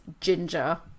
ginger